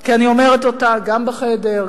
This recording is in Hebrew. כי אני אומרת אותה גם בחדר,